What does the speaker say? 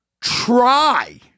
try